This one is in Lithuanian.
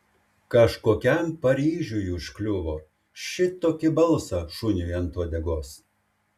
kažkokiam paryžiui užkliuvo šitokį balsą šuniui ant uodegos